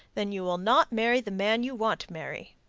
then you will not marry the man you want to marry.